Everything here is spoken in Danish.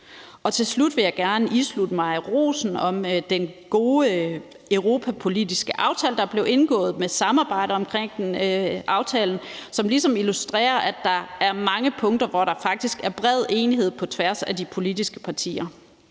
Til slut vil jeg gerne tilslutte mig rosen af den gode europapolitiske aftale, der er blevet indgået, og af samarbejdet omkring aftalen, som ligesom illustrerer, at der er mange punkter, hvor der faktisk er bred enighed på tværs af de politiske partier.